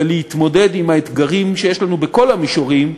ולהתמודד עם האתגרים שיש לנו בכל המישורים,